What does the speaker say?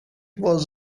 was